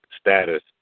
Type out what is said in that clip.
status